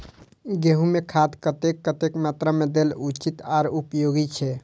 गेंहू में खाद कतेक कतेक मात्रा में देल उचित आर उपयोगी छै?